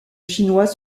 chinois